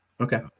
Okay